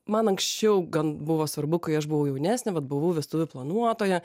man anksčiau gan buvo svarbu kai aš buvau jaunesnė vat buvau vestuvių planuotoja